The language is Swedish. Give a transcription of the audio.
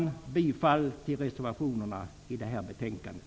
Jag yrkar bifall till de reservationer som fogats till betänkandet.